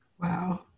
Wow